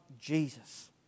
Jesus